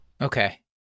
Okay